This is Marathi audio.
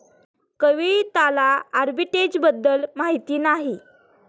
कविताला आर्बिट्रेजबद्दल माहिती नाही